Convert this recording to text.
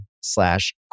slash